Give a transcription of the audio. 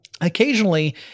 occasionally